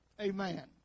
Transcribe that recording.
Amen